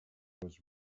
was